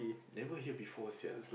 never hear before sia